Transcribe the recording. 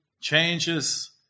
changes